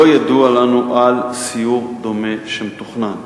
לא ידוע לנו על סיור דומה שמתוכנן.